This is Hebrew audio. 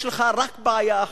יש לך רק בעיה אחת: